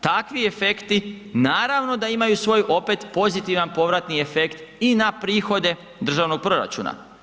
Takvi efekti naravno da imaju svoj opet pozitivan povratni efekt i na prihode državnog proračuna.